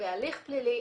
בהליך פלילי,